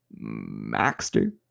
Maxter